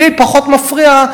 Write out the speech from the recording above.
לי פחות מפריע,